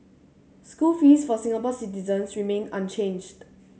school fees for Singapore citizens remain unchanged